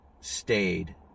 stayed